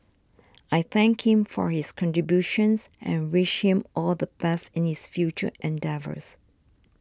I thank him for his contributions and wish him all the best in his future endeavours